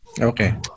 Okay